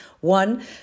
One